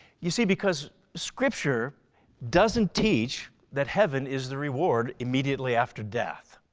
you see because scripture doesn't teach that heaven is the reward immediately after death.